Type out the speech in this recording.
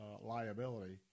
liability